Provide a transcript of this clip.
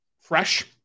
fresh